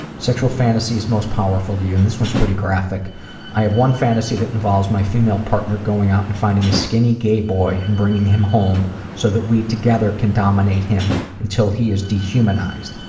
sexual fantasies most powerful for you? and this one is pretty graphic i have one fantasy that involves my female partner going out and finding a skinny gay boy and brining him home so that we together can dominate him until he is dehumanized,